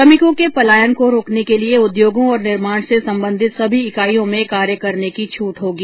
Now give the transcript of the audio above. श्रमिकों के पलायन को रोकने के लिए उद्योगों और निर्माण से संबंधित सभी इकाईयों में कार्य करने की छूट होगी